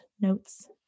notes